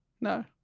No